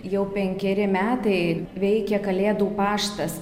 jau penkeri metai veikia kalėdų paštas